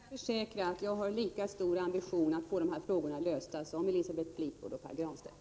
Herr talman! Jag kan försäkra att jag har lika stor ambition att få dessa frågor lösta som Elisabeth Fleetwood och Pär Granstedt.